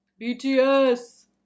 BTS